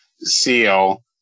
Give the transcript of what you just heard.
SEAL